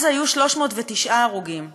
היו 309 הרוגים אז,